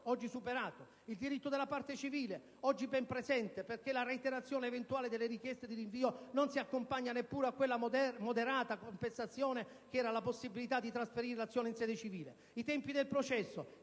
(oggi superato); il diritto della parte civile (oggi ben presente, perché la reiterazione eventuale delle richieste di rinvio non si accompagna neppure a quella moderata compensazione costituita dalla possibilità di trasferire l'azione in sede civile); i tempi del processo,